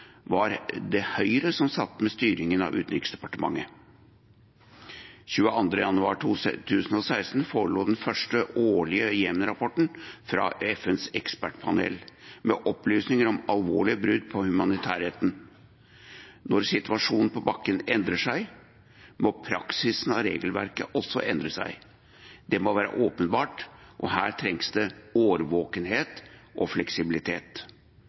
var det Høyre som satt med styringen av Utenriksdepartementet. Den 22. januar 2016 forelå den første årlige Jemen-rapporten fra FNs ekspertpanel med opplysninger om alvorlige brudd på humanitærretten. Når situasjonen på bakken endrer seg, må praksisen av regelverket også endre seg. Det må være åpenbart, og her trengs det årvåkenhet og fleksibilitet.